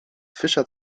fisher